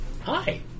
hi